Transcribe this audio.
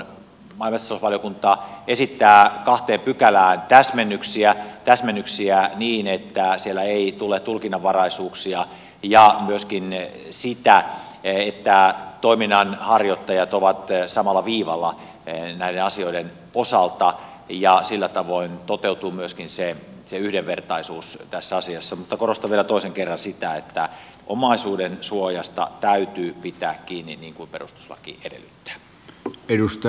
maa ja metsätalousvaliokunta esittää kahteen pykälään täsmennyksiä niin että ei tule tulkinnanvaraisuuksia ja myöskin sitä että toiminnanharjoittajat ovat samalla viivalla näiden asioiden osalta ja sillä tavoin toteutuu myöskin yhdenvertaisuus tässä asiassa mutta korostan vielä toisen kerran sitä että omaisuudensuojasta täytyy pitää kiinni niin kuin perustuslaki edellyttää